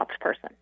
person